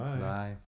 Bye